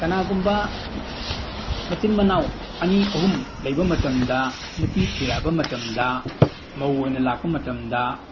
ꯀꯅꯥꯒꯨꯝꯕ ꯃꯆꯤꯟ ꯃꯅꯥꯎ ꯑꯅꯤ ꯑꯍꯨꯝ ꯂꯩꯕ ꯃꯇꯝꯗ ꯅꯨꯄꯤ ꯊꯤꯔꯛꯑꯕ ꯃꯇꯝꯗ ꯃꯧ ꯑꯣꯏꯅ ꯂꯥꯛꯄ ꯃꯇꯝꯗ